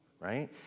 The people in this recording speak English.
right